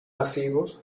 masivos